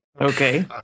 Okay